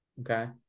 okay